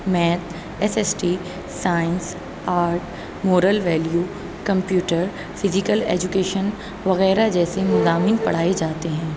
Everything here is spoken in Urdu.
math S S T science art moral value computer physical education وغیرہ جیسے مضامین پڑھائی جاتے ہیں